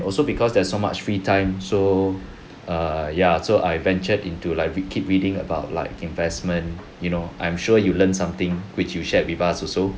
also because there's so much free time so err ya so I ventured into like we keep reading about like investment you know I'm sure you learn something which you shared with us also